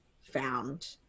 found